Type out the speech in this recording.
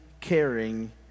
caring